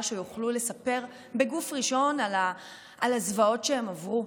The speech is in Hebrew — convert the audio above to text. שיוכלו לספר בגוף ראשון על הזוועות שהם עברו,